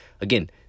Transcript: again